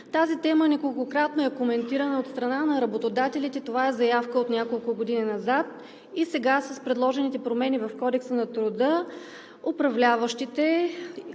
Тази тема неколкократно е коментирана от страна на работодателите. Това е заявка от няколко години назад и сега с предложените промени в Кодекса на труда управляващите,